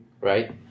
Right